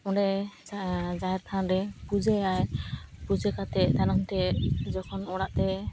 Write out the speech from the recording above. ᱚᱸᱰᱮ ᱡᱟᱦᱮᱨ ᱛᱷᱟᱱ ᱨᱮ ᱯᱩᱡᱟᱹᱭᱟᱭ ᱯᱩᱡᱟᱹ ᱠᱟᱛᱮ ᱡᱚᱠᱷᱚᱱ ᱚᱲᱟᱜ ᱛᱮ